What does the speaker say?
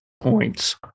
points